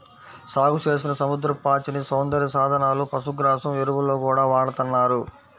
సాగుచేసిన సముద్రపు పాచిని సౌందర్య సాధనాలు, పశుగ్రాసం, ఎరువుల్లో గూడా వాడతన్నారు